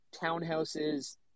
townhouses